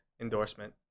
endorsement